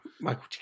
Michael